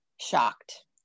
shocked